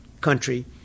country